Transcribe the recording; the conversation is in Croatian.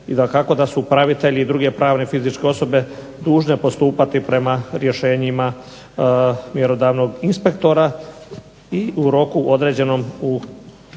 i dakako da su upravitelji i druge pravne fizičke osobe dužne postupati prema rješnjima mjerodavnog inspektora i u roku određenom u